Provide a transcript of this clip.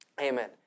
Amen